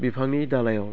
बिफांनि दालाइयाव